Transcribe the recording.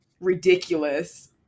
ridiculous